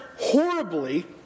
horribly